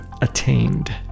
attained